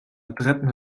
adretten